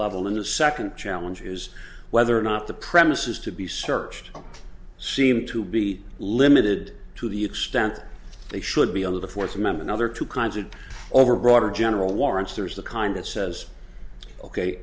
level and the second challenge is whether or not the premises to be searched seem to be limited to the extent they should be of the fourth amendment other two kinds of overbroad or general warrants there's the kind that says ok